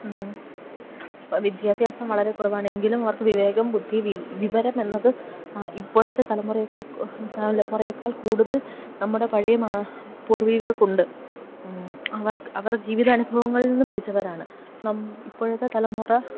വിദ്യാഭ്യാസം വളരെ കുറവാണ് എങ്കിലും അവർക്ക് വിവേകം ബുദ്ധി വിവരം എന്നത് ഇപ്പോഴെത്തെ തലമുറയേക്കാൾ കൂടുതൽ നമ്മുടെ പഴയ പൂർവികർക്കുണ്ട് അവർക്ക് അവർ ജീവിത അനുഭവങ്ങളിൽ നിന്നു പഠിച്ചവരാണ് ഇപ്പോഴത്തെ തലമുറ